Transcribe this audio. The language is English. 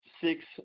six